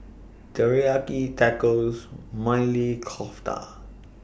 Teriyaki Tacos Maili Kofta